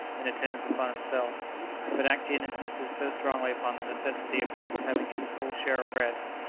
in attendance upon himself but actaeon insisted so strongly upon the necessity of dick's having his full share of rest,